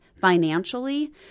Financially